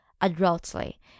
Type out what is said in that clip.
adroitly